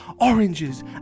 Oranges